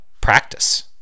practice